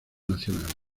nacional